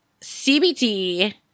CBT